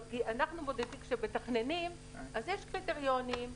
כשמתכננים, יש קריטריונים,